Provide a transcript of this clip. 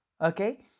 okay